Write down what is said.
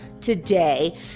Today